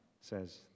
says